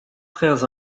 frères